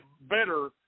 better